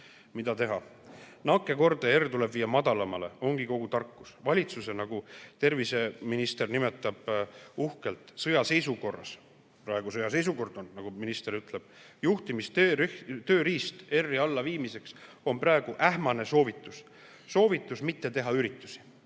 Mida teha? Nakkuskordaja R tuleb viia madalamale, ongi kogu tarkus. Valitsusel, nagu terviseminister uhkelt nimetab, sõjaseisukorras – praegu on sõjaseisukord, nagu minister ütleb – on juhtimistööriist R‑i allaviimiseks ähmane soovitus: soovitus mitte teha üritusi.